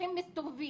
הרוצחים מסתובבים.